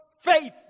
faith